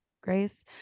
Grace